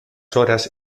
horas